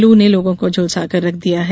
लू ने लोगों को झुलसाकर रख दिया है